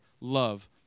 love